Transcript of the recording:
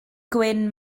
gwyn